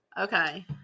Okay